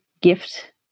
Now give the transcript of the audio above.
gift